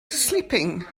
sleeping